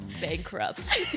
bankrupt